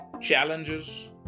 challenges